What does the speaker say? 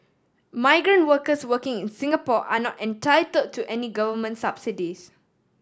migrant workers working in Singapore are not entitle to any Government subsidies